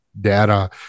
data